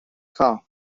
car